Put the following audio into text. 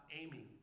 aiming